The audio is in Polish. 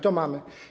To mamy.